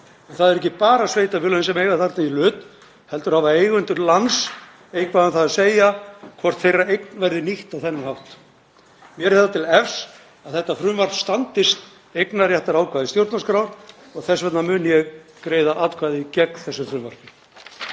Það eru ekki bara sveitarfélögin sem eiga þarna í hlut heldur hafa eigendur lands eitthvað um það að segja hvort þeirra eign verði nýtt á þennan hátt. Mér er það til efs að þetta frumvarp standist eignarréttarákvæði stjórnarskrár. Þess vegna mun ég greiða atkvæði gegn þessu frumvarpi.